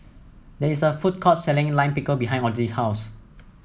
there is a food court selling Lime Pickle behind Odile's house